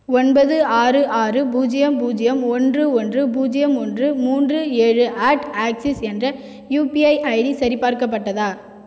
ஒன்பது ஆறு ஆறு பூஜ்யம் பூஜ்யம் ஒன்று ஒன்று பூஜ்யம் ஒன்று மூன்று ஏழு அட் ஆக்சிஸ் என்ற யுபிஐ ஐடி சரிபார்க்கப்பட்டதா